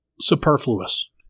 superfluous